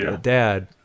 Dad